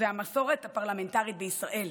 והמסורת הפרלמנטרית בישראל,